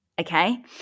Okay